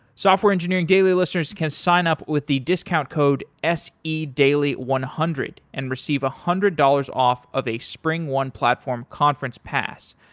software engineering daily listeners can sign up with the discount code se daily one hundred and receive a one hundred dollars off of a springone platform conference pass,